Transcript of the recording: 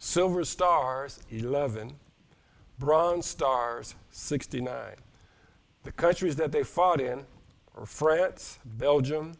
silver stars eleven bronze stars sixteen the countries that they fought in france belgium